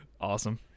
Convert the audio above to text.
awesome